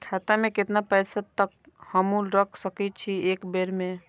खाता में केतना पैसा तक हमू रख सकी छी एक बेर में?